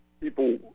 people